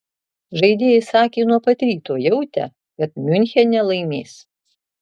žaidėjai sakė nuo pat ryto jautę kad miunchene laimės